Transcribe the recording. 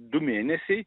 du mėnesiai